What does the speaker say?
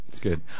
Good